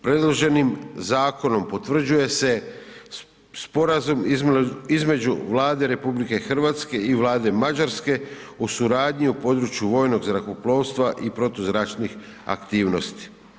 Predloženim zakonom potvrđuje se sporazum između Vlade RH i Vlade Mađarske o suradnji u području vojnog zrakoplovstva i protuzračnih aktivnosti.